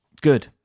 Good